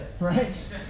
right